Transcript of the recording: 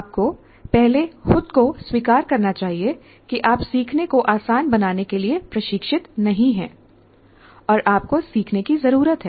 आपको पहले खुद को स्वीकार करना चाहिए कि आप सीखने को आसान बनाने के लिए प्रशिक्षित नहीं हैं और आपको सीखने की जरूरत है